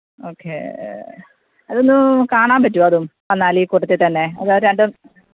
okay അതൊന്നു കാണാന് പറ്റുവോ അതും വന്നാൽ ഈ കൂട്ടത്തിൽ തന്നെ അതോ രണ്ടും